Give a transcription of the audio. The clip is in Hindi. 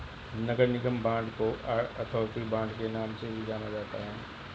नगर निगम बांड को अथॉरिटी बांड के नाम से भी जाना जाता है